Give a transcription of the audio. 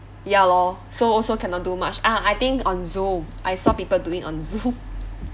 ya lor so also cannot do much ah I think on zoom I saw people doing on zoom